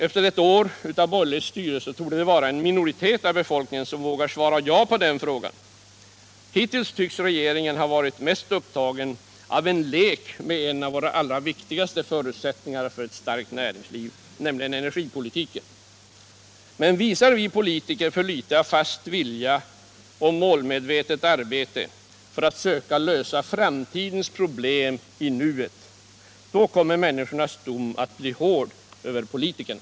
Efter ett år av borgerligt styre torde det vara en minoritet av befolkningen som vågar svara ja på den frågan. Hittills tycks regeringen ha varit mest upptagen av en lek med en av våra allra viktigaste förutsättningar för ett starkt näringsliv, nämligen energipolitiken. Visar vi politiker för litet av fast vilja och målmedvetet arbete för att söka lösa framtidens problem i nuet, då kommer människornas dom att bli hård över politikerna.